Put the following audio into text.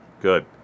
Good